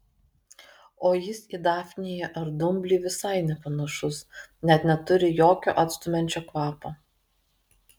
o jis į dafniją ar dumblį visai nepanašus net neturi jokio atstumiančio kvapo